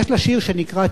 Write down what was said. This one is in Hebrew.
יש לה שיר שנקרא "תשובה".